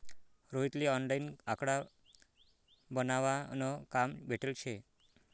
रोहित ले ऑनलाईन आकडा बनावा न काम भेटेल शे